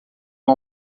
uma